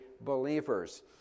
believers